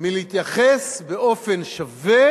מלהתייחס באופן שווה